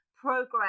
progress